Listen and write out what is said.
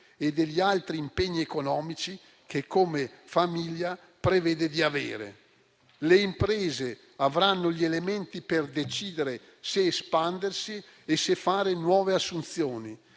e degli altri impegni economici che, come famiglia, prevedono di avere. Le imprese avranno gli elementi per decidere se espandersi e se fare nuove assunzioni.